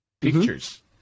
pictures